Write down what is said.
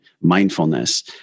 mindfulness